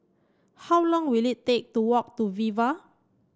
how long will it take to walk to Viva